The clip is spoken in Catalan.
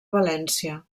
valència